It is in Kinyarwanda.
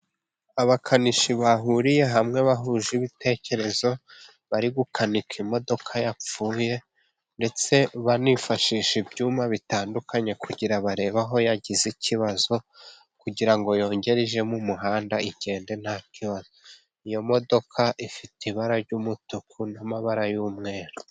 Abakanishi bahuriye hamwe bahuje ibitekerezo， bari gukanika imodoka yapfuye, ndetse banifashisha ibyuma bitandukanye kugira ngo barebabe aho yagize ikibazo，kugira ngo yongere ijye mu muhanda igende nta kibazo. Iyo modoka ifite ibara ry'umutuku， n'amabara y'umweru.